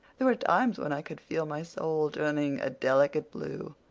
there were times when i could feel my soul turning a delicate blue.